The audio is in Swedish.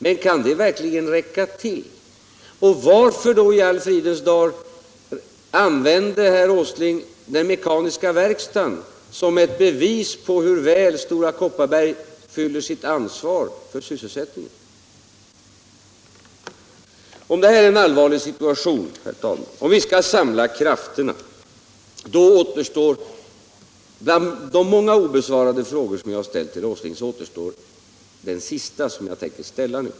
Men kan det verkligen räcka till, och varför i all fridens namn använder då herr Åsling den mekaniska verkstaden som ett bevis på hur väl Stora Kopparberg fyller sitt ansvar för sysselsättningen? Om det här är en allvarlig situation, herr talman, om vi skall samla krafterna, då återstår en fråga — efter de många obesvarade frågor jag har ställt till herr Åsling — som jag tänker ställa nu.